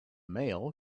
mail